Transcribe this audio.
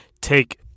take